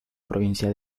provincia